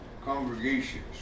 congregations